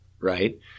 right